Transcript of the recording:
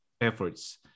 efforts